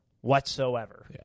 whatsoever